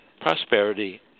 Prosperity